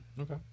okay